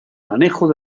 manejo